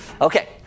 Okay